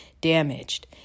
damaged